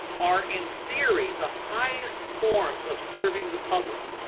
are in theory the highest forms of serving the public,